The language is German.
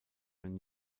einen